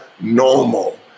normal